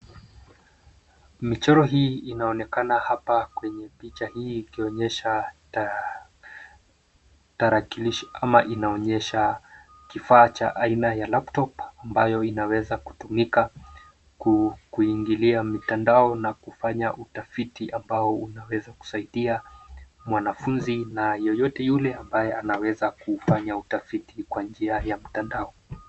Michoro hii inaonekana hapa kwenye picha hii ikionyesha tarakilishi ama inaonyesha kifaa cha aina ya laptop ambayo inaweza kutumika kuingilia mitandao na kufanya utafiti ambao unaweza kusaidia mwanafunzi na yoyote yule ambaye anaweza kufanya utafiti kwa njia ya mtandao.